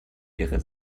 ihre